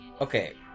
okay